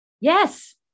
Yes